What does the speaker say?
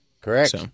Correct